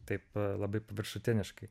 taip labai paviršutiniškai